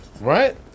right